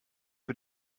für